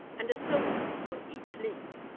and a silkworm on each leaf.